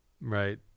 Right